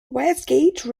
westgate